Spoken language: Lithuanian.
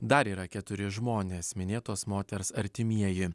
dar yra keturi žmonės minėtos moters artimieji